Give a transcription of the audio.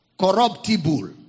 Corruptible